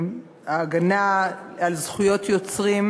ההגנה על זכויות יוצרים,